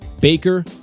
baker